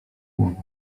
głowa